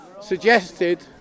suggested